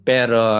Pero